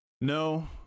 No